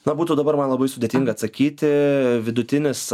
na būtų dabar man labai sudėtinga atsakyti vidutinis